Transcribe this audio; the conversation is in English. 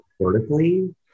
vertically